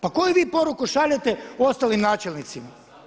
Pa koju vi poruku šaljete ostalim načelnicima?